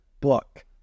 book